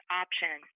option